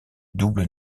double